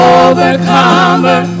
overcomer